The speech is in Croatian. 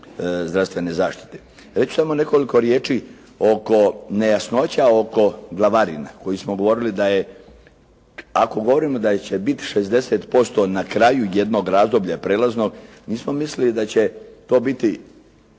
zdravstvene zaštite. Već samo nekoliko riječi oko nejasnoća oko glavarina koje smo govorili da je, ako govorimo da će biti 60% na kraju jednog razdoblja prijelaznog, nismo mislili da će to biti